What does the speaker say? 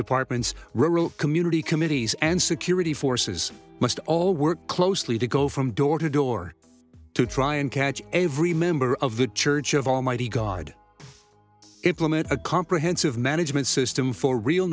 departments rural community committees and security forces must all work closely to go from door to door to try and catch every member of the church of almighty god a comprehensive management system for real